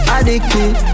Addicted